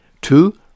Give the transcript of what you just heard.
Two